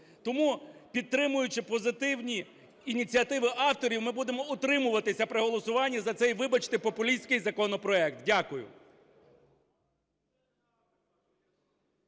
Тому, підтримуючи позитивні ініціативи авторів, ми будемо утримуватися при голосуванні за цей, вибачте, популістській законопроект. Дякую.